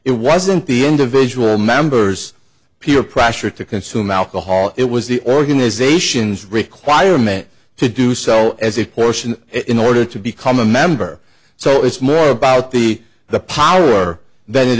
it wasn't the individual members peer pressure to consume alcohol it was the organization's requirement to do so as a portion of it in order to become a member so it's more about the the power than it